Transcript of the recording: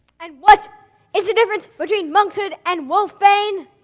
and what is the difference between monkshood and wolfbane?